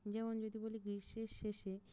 যেমন যদি বলি গ্রীষ্মের শেষে